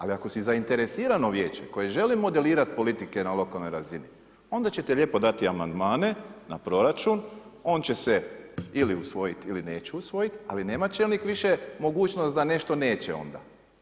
Ali ako si zainteresirano vijeće, koje želi modelirati politike na lokalnoj razini, onda ćete lijepo dati amandmane na proračun, on će se ili usvojiti ili neće usvojiti ali nema čelnik više mogućnosti da nešto neće onda.